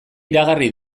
iragarri